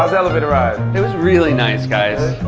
elevator ride? it was really nice, guys.